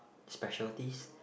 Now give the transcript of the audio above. specialties